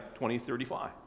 2035